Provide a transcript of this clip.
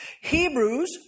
Hebrews